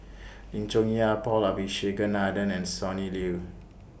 Lim Chong Yah Paul Abisheganaden and Sonny Liew